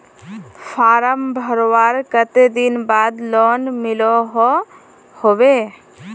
Form भरवार कते दिन बाद लोन मिलोहो होबे?